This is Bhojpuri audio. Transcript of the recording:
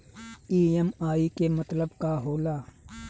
ई.एम.आई के मतलब का होला?